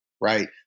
Right